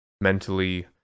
mentally